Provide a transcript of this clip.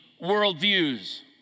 worldviews